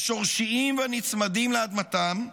השורשיים והנצמדים לאדמתם,